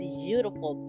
beautiful